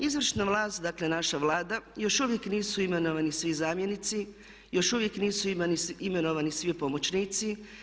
Izvršna vlast, dakle naša Vlada, još uvijek nisu imenovani svi zamjenici, još uvijek nisu imenovani svi pomoćnici.